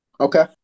Okay